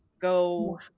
go